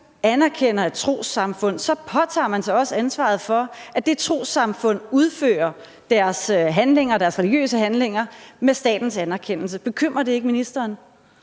anerkender et trossamfund, påtager man sig også ansvaret for, at det trossamfund udfører deres religiøse handlinger med statens anerkendelse. Bekymrer det ikke ministeren?